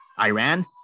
Iran